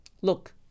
Look